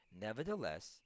nevertheless